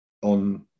on